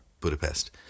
Budapest